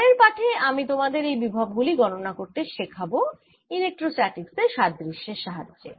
পরের পাঠে আমি তোমাদের এই বিভব গুলি গণনা করতে শেখাব ইলেক্ট্রোস্ট্যাটিক্স এর সাথে সাদৃশ্যের সাহায্যে